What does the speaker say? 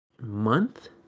month